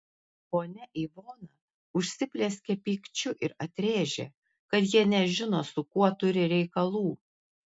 ponia ivona užsiplieskė pykčiu ir atrėžė kad jie nežino su kuo turi reikalų